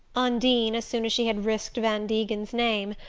undine, as soon as she had risked van degen's name,